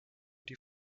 die